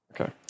Okay